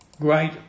great